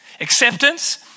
Acceptance